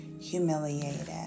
humiliated